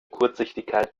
kurzsichtigkeit